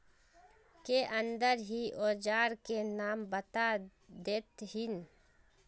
के अंदर ही औजार के नाम बता देतहिन?